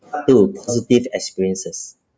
part two positive experiences